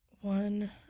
one